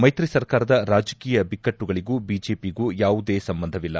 ಮೈತ್ರಿ ಸರ್ಕಾರದ ರಾಜಕೀಯ ಬಿಕ್ಕಟ್ಟಗಳಿಗೂ ಬಿಜೆಪಿಗೂ ಯಾವುದೇ ಸಂಬಂಧವಿಲ್ಲ